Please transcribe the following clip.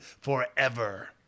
forever